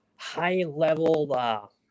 high-level